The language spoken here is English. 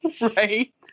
right